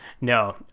no